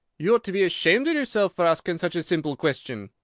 you ought to be ashamed of yourself for asking such a simple question,